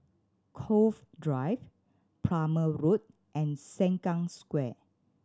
Cove Drive Plumer Road and Sengkang Square